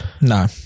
No